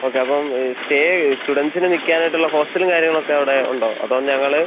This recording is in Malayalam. ഓക്കെ അപ്പോൾ സ്റ്റേ സ്റ്റുഡൻറ്റ്സിന് നിൽക്കാൻ ആയിട്ട് ഉള്ള ഹോസ്റ്റലും കാര്യങ്ങൾ ഒക്കെ അവിടെ ഉണ്ടോ അതോ ഞങ്ങൾ